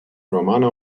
romane